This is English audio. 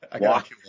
walk